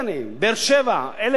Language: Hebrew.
1,722 דירות,